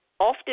Often